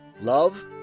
love